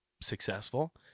successful